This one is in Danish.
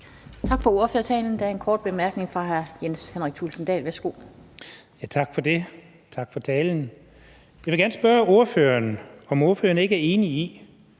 Tak for ordførertalen. Der er en kort bemærkning fra hr. Jens Henrik Thulesen Dahl. Værsgo. Kl. 18:03 Jens Henrik Thulesen Dahl (DF): Tak for det. Tak for talen. Jeg vil gerne spørge ordføreren, om ordføreren ikke er enig i,